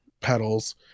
pedals